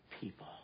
people